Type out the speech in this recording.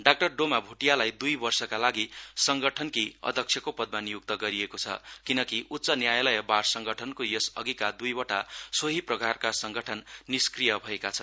doctor Doma भोटियालाई दुई वर्षका लागि संगठनकी अध्यक्षको पदमा नियुक्त गरिएको छ किनकी उच्च न्यायालय बार संगठनको यस अधिका दुईवटा सोही प्रकारका संगठन निस्क्रिय भएका छन्